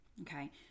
Okay